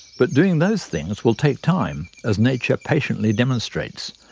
but doing those things will take time, as nature patiently demonstrates.